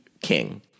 King